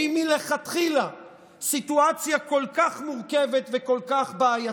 שהיא מלכתחילה סיטואציה כל כך מורכבת וכל כך בעייתית?